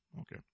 Okay